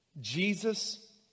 Jesus